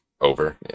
Over